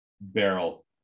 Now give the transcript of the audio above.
barrel